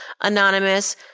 anonymous